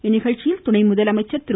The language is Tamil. இந்நிகழ்ச்சியில் துணை முதலமைச்சர் திரு